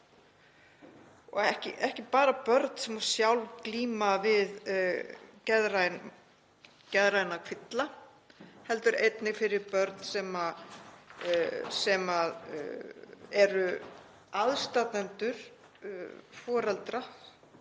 og ekki bara börn sem sjálf glíma við geðræna kvilla heldur einnig fyrir börn sem eru aðstandendur foreldra,